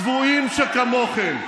צבועים שכמוכם.